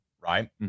right